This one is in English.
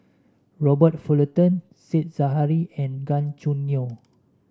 Robert Fullerton Said Zahari and Gan Choo Neo